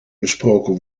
besproken